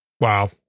Wow